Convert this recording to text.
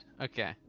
Okay